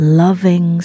loving